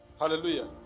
Hallelujah